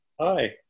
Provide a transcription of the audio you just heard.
Hi